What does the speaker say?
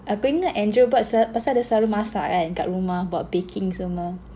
aku ingat Andrew buat pasal dia selalu masak kan kat rumah kan buat baking semua